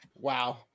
Wow